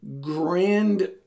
grand